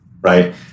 right